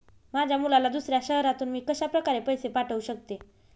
माझ्या मुलाला दुसऱ्या शहरातून मी कशाप्रकारे पैसे पाठवू शकते?